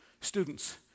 students